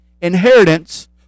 inheritance